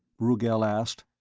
rugel asked.